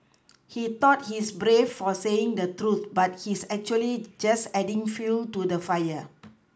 he thought he's brave for saying the truth but he's actually just adding fuel to the fire